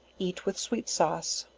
eat with sweet sauce.